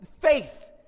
faith